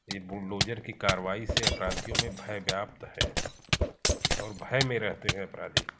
यह बुलडोजर की कार्यवाही से अपराधियों में भय व्याप्त है और भी में रहते हैं अपराधी